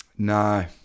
No